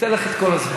ניתן לך את כל הזמן.